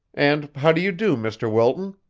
and how do you do, mr. wilton?